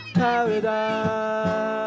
paradise